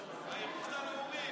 עידית סילמן,